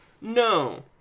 No